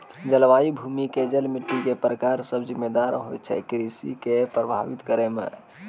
जलवायु, भूमि के जल, मिट्टी के प्रकार सब जिम्मेदार होय छै कृषि कॅ प्रभावित करै मॅ